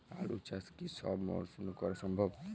আলু চাষ কি সব মরশুমে করা সম্ভব?